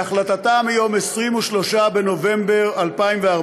בהחלטתה מיום 23 בנובמבר 2014,